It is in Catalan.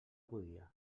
podia